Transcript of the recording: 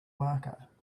marker